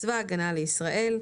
צבא ההגנה לישראל,